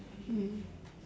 mm